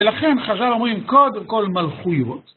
ולכן, חז"ל אומרים, קודם כל מלכויות.